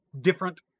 different